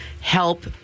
help